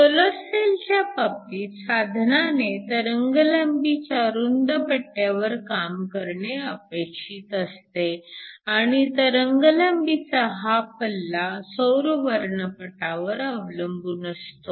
solar सेलच्या बाबतीत साधनाने तरंगलांबीच्या रुंद पट्ट्यावर काम करणे अपेक्षित असते आणि तरंगलांबीचा हा पल्ला सौर वर्णपटावर अवलंबून असतो